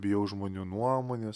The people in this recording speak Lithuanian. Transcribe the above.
bijau žmonių nuomonės